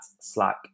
slack